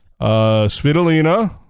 Svitolina